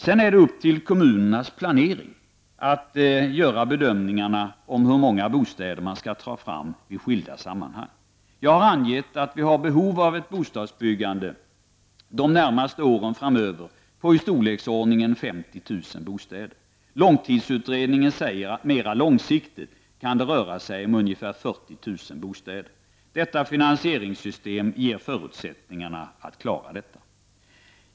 Sedan är det upp till kommunernas planering att göra bedömningarna av hur många bostäder som behövs i skilda sammanhang. Jag har angett att vi har ett behov av bostadsbyggande de närmaste åren på i storleksordningen 50 000 bostäder. Långtidsutredningen säger att mera långsiktigt kan det röra sig om ca 40 000 bostäder. Detta finansieringssystem ger förutsättningarna för att klara detta.